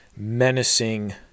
menacing